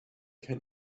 can